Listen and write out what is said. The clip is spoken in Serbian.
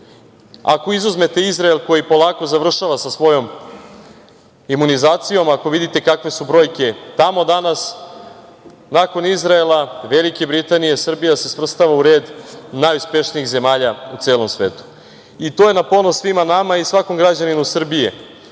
izuzmete Izrael koji polako završava sa svojom imunizacijom, ako vidite kakve su brojke tamo danas, nakon Izraela, Velike Britanije, Srbija se svrstava u red najuspešnijih zemalja u celom svetu i to je na ponos svim nama i svakom građaninu Srbije,